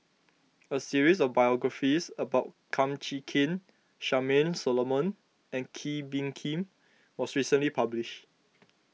a series of biographies about Kum Chee Kin Charmaine Solomon and Kee Bee Khim was recently published